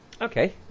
Okay